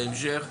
בהמשך,